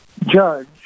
judge